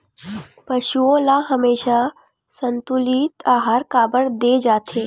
पशुओं ल हमेशा संतुलित आहार काबर दे जाथे?